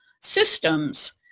systems